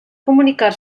comunicar